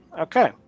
Okay